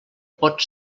pot